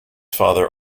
father